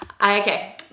Okay